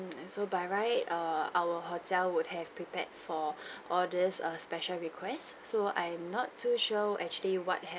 mm so by right uh our hotel would have prepared for all these err special request so I'm not too sure actually what hap~